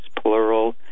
plural